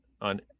on